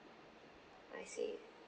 I see